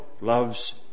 loves